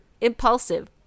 impulsive